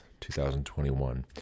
2021